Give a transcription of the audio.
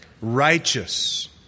righteous